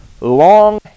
long